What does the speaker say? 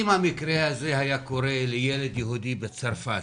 אם המקרה הזה היה קורה לילד יהודי בצרפת,